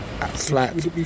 Flat